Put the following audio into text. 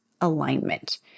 alignment